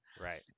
right